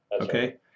okay